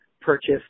purchased